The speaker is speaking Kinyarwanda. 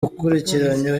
akurikiranyweho